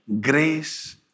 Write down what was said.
Grace